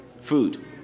food